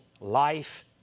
life